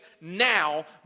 now